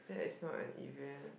that is not an event